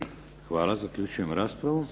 Hvala. Zaključujem raspravu.